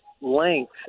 length